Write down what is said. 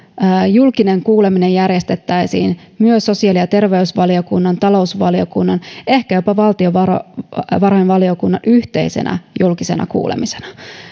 julkinen kuuleminen järjestettäisiin myös sosiaali ja terveysvaliokunnan talousvaliokunnan ehkä jopa valtiovarainvaliokunnan yhteisenä julkisena kuulemisena